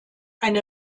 eine